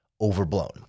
overblown